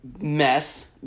mess